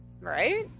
Right